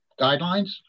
guidelines